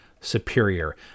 superior